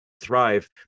thrive